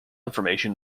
information